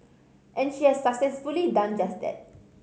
and she has successfully done just that